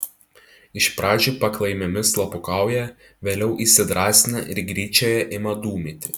iš pradžių paklaimėmis slapukauja vėliau įsidrąsina ir gryčioje ima dūmyti